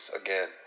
again